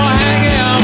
hanging